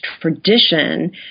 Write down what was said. tradition